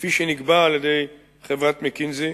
כפי שנקבע על-ידי חברת "מקינזי"